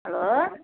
hello